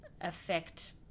affect